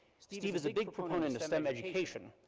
steve is a big proponent of stem education.